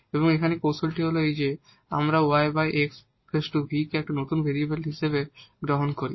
এবং এখানে কৌশল হল যে আমরা এই yx v কে একটি নতুন ভেরিয়েবল হিসাবে গ্রহণ করি